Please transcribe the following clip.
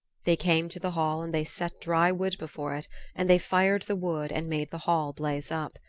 they came to the hall and they set dry wood before it and they fired the wood and made the hall blaze up.